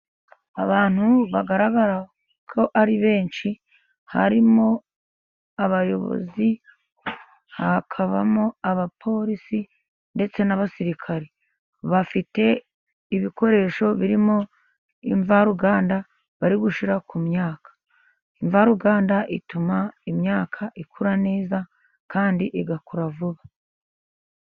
Abantu bagaragara ko ari benshi, harimo abayobozi, hakabamo abapolisi, ndetse n'abasirikare. Bafite ibikoresho birimo imvaruganda bari gushyira ku myaka. Imvaruganda ituma imyaka ikura neza kandi igakura vuba.